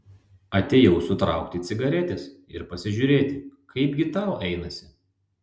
atėjau sutraukti cigaretės ir pasižiūrėti kaipgi tau einasi